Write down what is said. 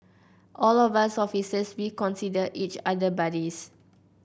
all of us officers we consider each other buddies